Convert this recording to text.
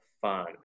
fun